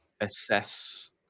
assess